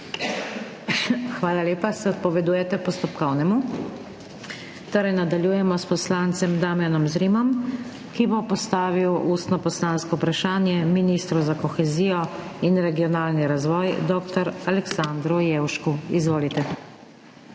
Hvala lepa. Se odpovedujete postopkovnemu? Torej nadaljujemo s poslancem Damijanom Zrimom, ki bo postavil ustno poslansko vprašanje ministru za kohezijo in regionalni razvoj dr. Aleksandru Jevšku. Izvolite.